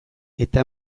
eta